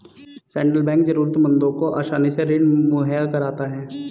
central bank जरूरतमंदों को आसानी से ऋण मुहैय्या कराता है